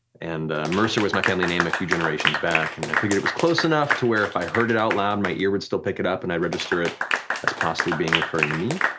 and mercer was my family name a few generations back, and i figured it was close enough to where if i heard it out loud my ear would still pick it up and i'd register as possibly being referring to me.